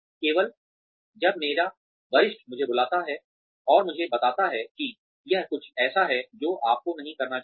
केवल जब मेरा वरिष्ठ मुझे बुलाते है और मुझे बताते है कि यह कुछ ऐसा है जो आपको नहीं करना चाहिए